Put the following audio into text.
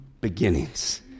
beginnings